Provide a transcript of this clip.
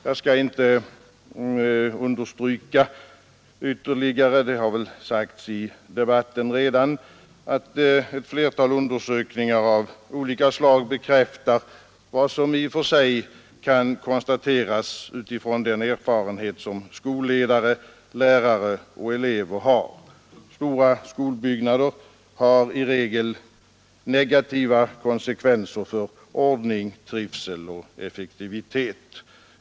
Jag skall inte understyrka ytterligare — det har redan sagts i debatten — att ett flertal undersökningar av olika slag bekräftar vad som i och för sig kan konstateras utifrån den erfarenhet som skolledare, lärare och elever har: stora skolbyggnader har i regel negativa konsekvenser för ordning, trivsel och effektivitet.